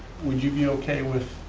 would you be okay with